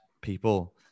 people